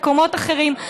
במקומות אחרים.